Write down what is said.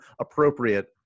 appropriate